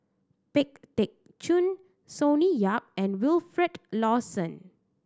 Pang Teck Joon Sonny Yap and Wilfed Lawson